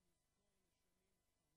בצורה שאיננה משתמעת לשתי פנים,